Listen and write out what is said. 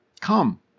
come